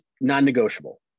non-negotiable